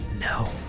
No